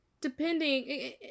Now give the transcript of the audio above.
depending